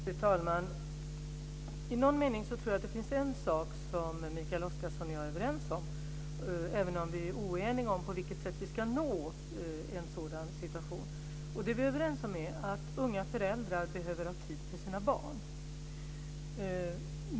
Fru talman! I någon mening tror jag att det finns en sak som Mikael Oscarsson och jag är överens om, även om vi är oeniga om på vilket sätt vi ska nå en sådan situation. Det vi är överens om är att unga föräldrar behöver ha tid för sina barn.